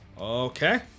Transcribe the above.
Okay